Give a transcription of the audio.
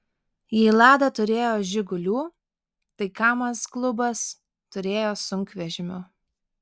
jei lada turėjo žigulių tai kamaz klubas turėjo sunkvežimių